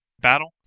battle